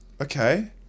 Okay